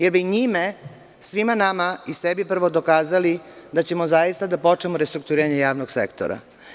Njime bi svima nama i sebi prvo dokazali da ćemo zaista da počnemo restrukturiranje javnog sektora.